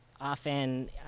Often